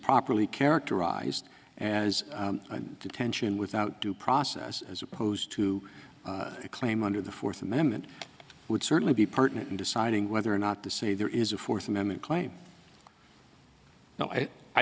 properly characterized as detention without due process as opposed to a claim under the fourth amendment would certainly be pertinent in deciding whether or not to say there is a fourth amendment claim no i